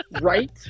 right